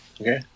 Okay